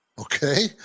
okay